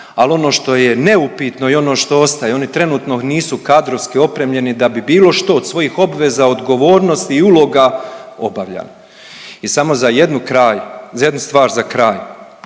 Ali ono što je neupitno i ono što ostaje, oni trenutno nisu kadrovski opremljeni da bi bilo što od svojih obveza, odgovornosti i uloga obavljali. I samo za jednu kraj, jednu stvar za kraj.